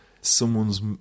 someone's